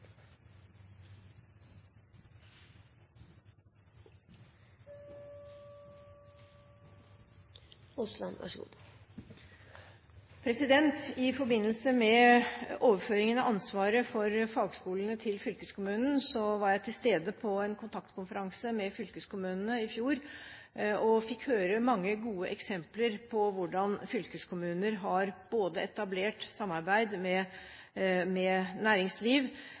I forbindelse med overføringen av ansvaret for fagskolene til fylkeskommunene var jeg til stede på en kontaktkonferanse med fylkeskommunene i fjor, og fikk høre mange gode eksempler på hvordan fylkeskommuner har etablert samarbeid med næringsliv, omfattet de private fagskoletilbudene og integrert det godt med